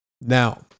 now